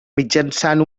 mitjançant